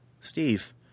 Steve